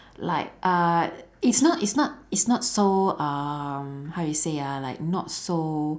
like uh it's not it's not it's not so um how you say ah like not so